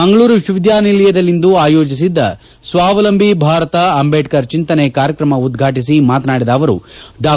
ಮಂಗಳೂರು ವಿಶ್ವವಿದ್ಯಾನಿಲಯದಲ್ಲಿಂದು ಆಯೋಜಿಸಿದ್ದ ಸ್ನಾವಲಂಬಿ ಭಾರತ ಅಂಬೇಡರ್ ಚಿಂತನೆ ಕಾರ್ಯಕ್ರಮ ಉದ್ವಾಟಿಸಿ ಮಾತನಾಡಿದ ಅವರು ಡಾ